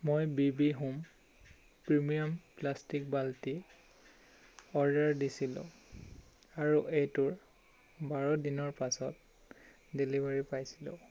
মই BB home premium plastic বাল্টি order দিছিলোঁ আৰু এইটোৰ বাৰ দিনৰ পাছত ডেলিভাৰী পাইছিলো